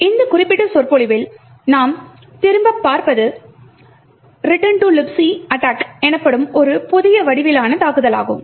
இந்த குறிப்பிட்ட சொற்பொழிவில் நாம் திரும்பப் பார்ப்பது Return to Libc Attack எனப்படும் ஒரு புதிய வடிவிலான தாக்குதலாகும்